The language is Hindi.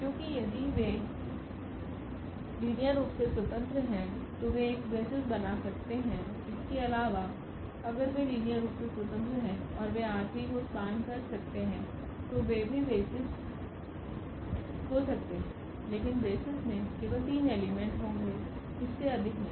क्योंकि यदि वे लीनियर रूप से स्वतंत्र हैं तो वे एक बेसिस बना सकते हैं इसके अलावा अगर वे लीनियर रूप से स्वतंत्र हैं और वे को स्पान कर सकते हैं तो वे भी बेसिस हो सकते हैं लेकिन बेसिस में केवल 3 एलिमेंट होंगे इससे अधिक नहीं